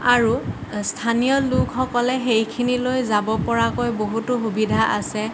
আৰু স্থানীয় লোকসকলে সেইখিনিলৈ যাব পৰাকৈ বহুতো সুবিধা আছে